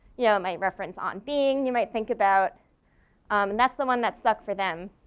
yeah my reference on being you might think about and that's the one that stuck for them.